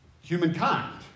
humankind